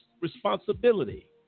responsibility